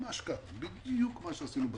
ממש כך, בדיוק מה שעשינו בתחבורה.